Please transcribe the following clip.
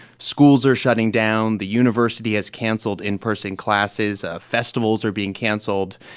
schools are shutting down. the university has canceled in-person classes. festivals are being canceled.